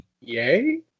Yay